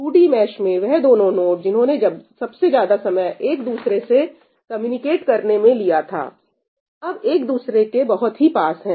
2D mesh मैं वह दोनों नोड जिन्होंने सबसे ज्यादा समय एक दूसरे से कम्युनिकेट करने में लिया था अब एक दूसरे के बहुत ही पास है